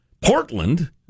Portland